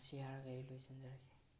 ꯃꯁꯤ ꯍꯥꯏꯔꯒ ꯑꯩ ꯂꯣꯏꯁꯤꯟꯖꯔꯒꯦ